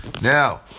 Now